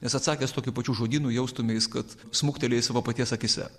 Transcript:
nes atsakęs tokiu pačiu žodynu jaustumeis kad smuktelėjai savo paties akyse